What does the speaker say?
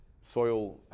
soil